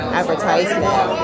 advertisement